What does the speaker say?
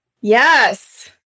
Yes